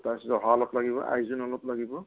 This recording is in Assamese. তাৰপাছত জহা অলপ লাগিব আইজোং অলপ লাগিব